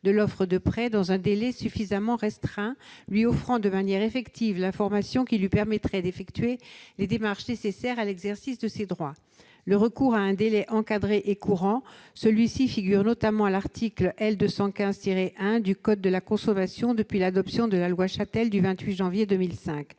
de l'offre de prêt dans un délai suffisamment restreint, lui offrant de manière effective l'information qui lui permettrait d'effectuer les démarches nécessaires à l'exercice de ses droits. Le recours à un délai encadré est courant. Celui-ci figure notamment à l'article L. 215-1 du code de la consommation depuis l'adoption de la loi Chatel du 28 janvier 2005.